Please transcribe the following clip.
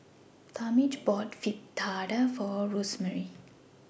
Talmage bought Fritada For Rosemary